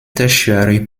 tertiary